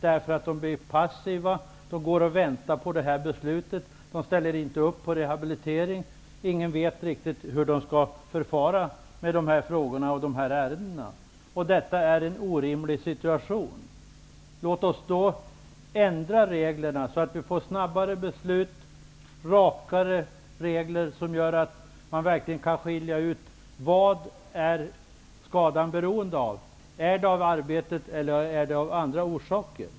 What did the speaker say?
De blir passiva medan de går och väntar på beslut och vill inte ställa upp på rehabilitering. Ingen vet riktigt hur man skall förfara med dessa ärenden. Detta är en orimlig situation. Låt oss därför ändra reglerna så, att det blir snabbare beslut och rakare regler som gör att man kan skilja ut vad skadan beror på. Beror den på arbetet eller har den andra orsaker?